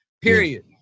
period